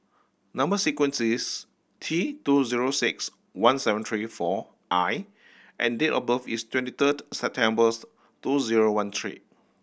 number sequence is T two zero six one seven three four I and date of birth is twenty third September two zero one three